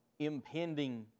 Impending